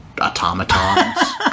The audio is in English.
automatons